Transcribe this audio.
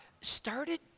started